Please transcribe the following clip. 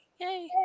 Yay